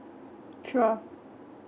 sure